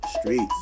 Streets